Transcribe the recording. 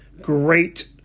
great